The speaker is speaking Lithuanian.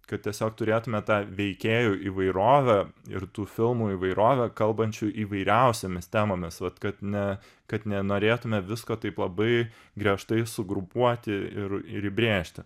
kad tiesiog turėtume tą veikėjų įvairovę ir tų filmų įvairovę kalbančių įvairiausiomis temomis vat kad ne kad nenorėtume visko taip labai griežtai sugrupuoti ir ir įbrėžti